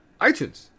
iTunes